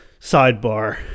Sidebar